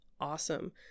awesome